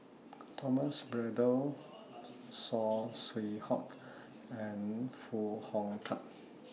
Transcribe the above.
Thomas Braddell Saw Swee Hock and Foo Hong Tatt